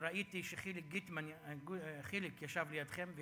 וראיתי שחיליק ישב לידכם,